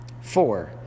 Four